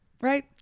Right